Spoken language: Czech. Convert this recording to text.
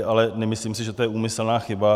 Ale nemyslím si, že to je úmyslná chyba.